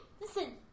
listen